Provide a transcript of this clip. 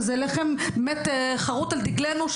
שזה חרות על דגלנו,